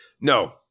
No